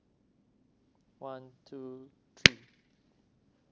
one two three